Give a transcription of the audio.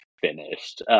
finished